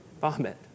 vomit